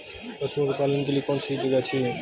पशुओं के पालन के लिए कौनसी जगह अच्छी है?